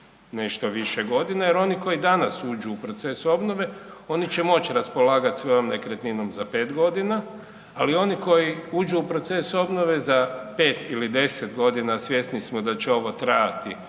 nešto više godina, jer oni koji danas uđu u proces obnove, oni će moći raspolagati svojom nekretninom za pet godina, ali oni koji uđu u proces obnove za pet ili deset godina, a svjesni smo da će ovo trajati